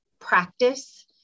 practice